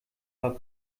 war